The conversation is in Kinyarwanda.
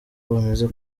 bameze